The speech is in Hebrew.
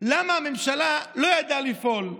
למה הממשלה לא ידעה לפעול: